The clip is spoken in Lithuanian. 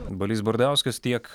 balys bardauskas tiek